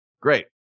Great